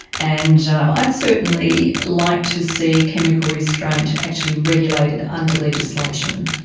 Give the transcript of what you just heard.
and i'd certainly like to see chemical restraint actually regulated under legislation.